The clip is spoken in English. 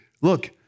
look